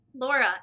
Laura